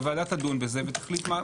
הוועדה תדון בזה ותחליט.